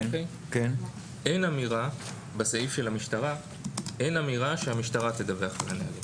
אין אמירה בסעיף של המשטרה שהמשטרה תדווח על הנהלים.